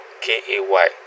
K-A-Y